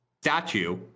statue